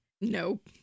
nope